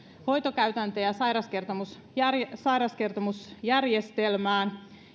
sairauskertomusjärjestelmään sairauskertomusjärjestelmään